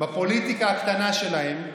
בפוליטיקה הקטנה שלהם,